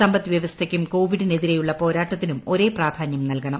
സമ്പദ്വ്യവസ്ഥയ്ക്കും കോവിഡിന് എതിരെയുള്ള പോരാട്ടത്തിനും ഒരേ പ്രാധാനൃം നൽകണം